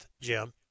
jim